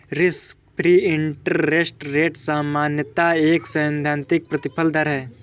risk free interest rate सामान्यतः एक सैद्धांतिक प्रतिफल दर है